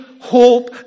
hope